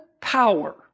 power